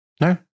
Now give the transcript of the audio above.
No